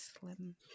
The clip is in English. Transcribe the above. slim